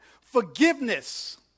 forgiveness